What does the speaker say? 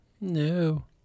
No